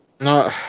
No